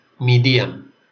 medium